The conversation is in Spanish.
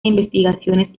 investigaciones